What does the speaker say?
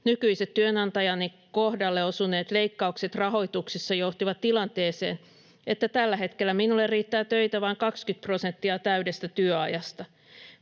Nykyisen työnantajani kohdalle osuneet leikkaukset rahoituksissa johtivat tilanteeseen, että tällä hetkellä minulle riittää töitä vain 20 prosenttia täydestä työajasta.